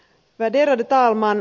värderade talman